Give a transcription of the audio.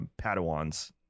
padawans